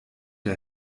der